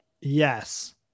Yes